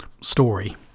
story